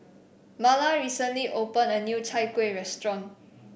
Marla recently opened a new Chai Kueh restaurant